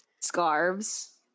scarves